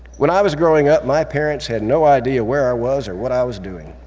when i was growing up my parents had no idea where i was or what i was doing.